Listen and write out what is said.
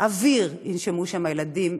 אוויר ינשמו שם הילדים?